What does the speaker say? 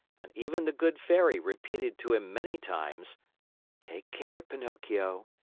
and even the good fairy repeated to him many times take care, pinocchio!